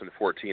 2014